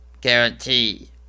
guarantee